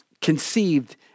conceived